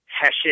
hessian